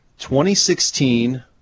2016